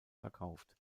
verkauft